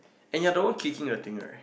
and you are the one kicking the thing right